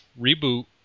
reboot